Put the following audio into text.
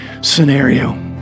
scenario